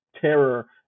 terror